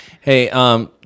Hey